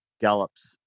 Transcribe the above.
gallops